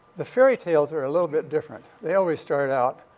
the fairy tales are a little bit different. they always start out,